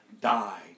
died